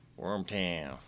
Wormtown